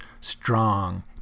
strong